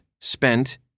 spent